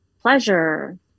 pleasure